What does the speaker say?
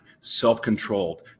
self-controlled